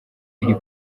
iri